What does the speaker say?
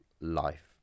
life